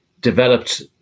developed